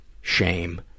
shame